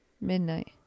midnight